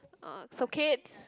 uh so Kate's